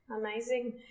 Amazing